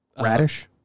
Radish